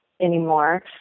anymore